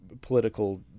political